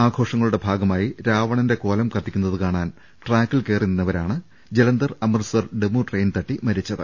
ആഘോഷങ്ങളുടെ ഭാഗമായി രാവണന്റെ കോലം കത്തി ക്കുന്നത് കാണാൻ ട്രാക്കിൽ കയറി നിന്നവരാണ് Jalandhar Amritsar DEMU train തട്ടി മരിച്ചത്